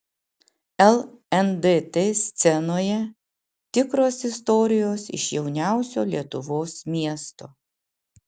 lndt scenoje tikros istorijos iš jauniausio lietuvos miesto